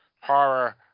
horror